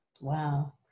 Wow